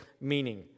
meaning